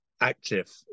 active